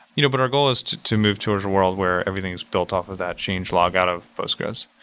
you know but our goal is to to move towards a world where everything is built off of that change log out of postgres.